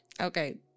Okay